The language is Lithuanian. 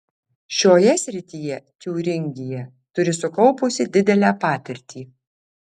šioje srityje tiūringija turi sukaupusi didelę patirtį